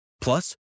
Plus